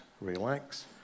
relax